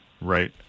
Right